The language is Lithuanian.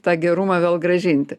tą gerumą vėl grąžinti